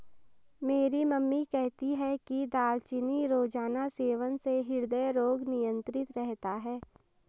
मेरी मम्मी कहती है कि दालचीनी रोजाना सेवन से हृदय रोग नियंत्रित रहता है